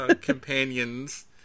companions